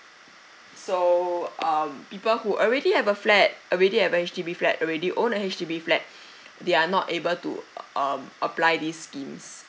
so um people who already have a flat already have H_D_B flat already own a H_D_B flat they are not able to um apply these schemes